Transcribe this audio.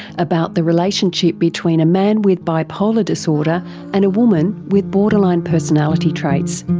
about the relationship between a man with bipolar disorder and a woman with borderline personality traits.